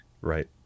Right